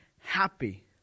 happy